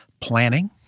planning